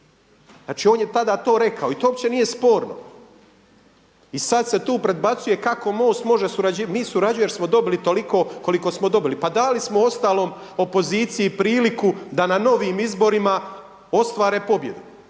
Znači on je tada to rekao i to uopće nije sporno. I sad se tu predbacuje kako MOST može surađivati, mi surađujemo jer smo dobili toliko koliko smo dobili. Pa dali smo uostalom opoziciji priliku da na novim izborima ostvare pobjedu